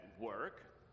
work